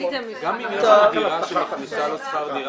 גם אם יש לו דירה שמכניסה לו שכר דירה